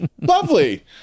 lovely